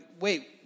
wait